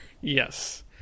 yes